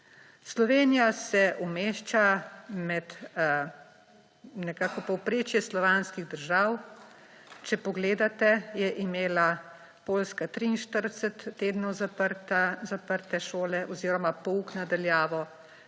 Slovenija se umešča med nekako povprečje slovanskih držav. Če pogledate, je imela Poljska 43 tednov zaprte šole oziroma pouk na daljavo,